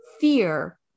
fear